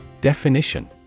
Definition